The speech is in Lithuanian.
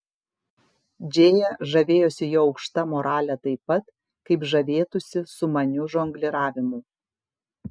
džėja žavėjosi jo aukšta morale taip pat kaip žavėtųsi sumaniu žongliravimu